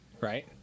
right